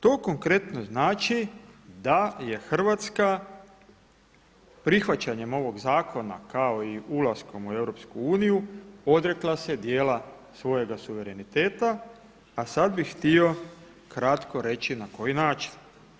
To konkretno znači da je Hrvatska prihvaćanjem ovog zakona kao i ulaskom u EU odrekla se dijela svojega suvereniteta a sada bih htio kratko reći na koji način.